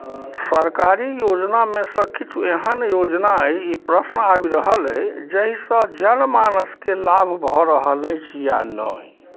सरकारी योजनामे सँ किछु एहन योजना अइ ई प्रश्न आबि रहल अइ जाहिसँ जनमानसके लाभ भऽ रहल अछि या नहि